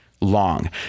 Long